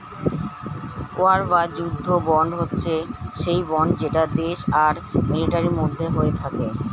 war বা যুদ্ধ bond হচ্ছে সেই বন্ড যেটা দেশ আর মিলিটারির মধ্যে হয়ে থাকে